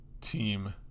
team